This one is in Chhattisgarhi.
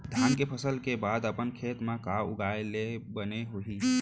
धान के फसल के बाद अपन खेत मा का उगाए ले बने होही?